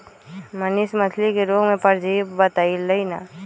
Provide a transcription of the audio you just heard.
मनीष मछ्ली के रोग के परजीवी बतई लन